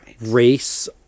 race